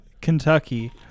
Kentucky